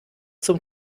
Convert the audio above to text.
zum